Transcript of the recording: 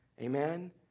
Amen